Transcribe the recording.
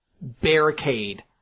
barricade